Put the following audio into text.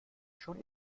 schon